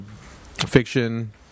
fiction